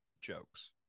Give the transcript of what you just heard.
jokes